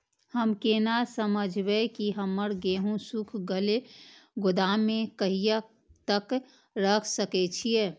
हम केना समझबे की हमर गेहूं सुख गले गोदाम में कहिया तक रख सके छिये?